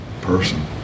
person